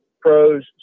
pros